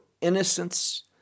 innocence